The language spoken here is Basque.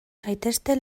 zaitezte